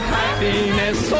happiness